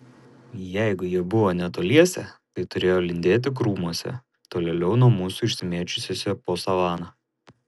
jeigu jie buvo netoliese tai turėjo lindėti krūmuose tolėliau nuo mūsų išsimėčiusiuose po savaną